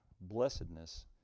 blessedness